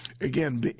Again